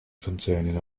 containing